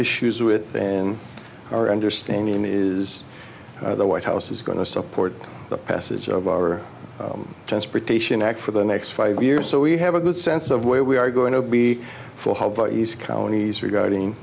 issues with and our understanding is the white house is going to support the passage of our transportation act for the next five years so we have a good sense of where we are going to be for how far east counties regarding